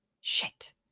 Shit